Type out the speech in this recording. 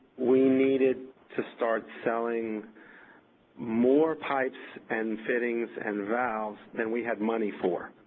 we needed to start selling more pipes and fittings and valves than we had money for.